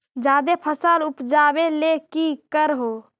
जादे फसल उपजाबे ले की कर हो?